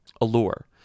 Allure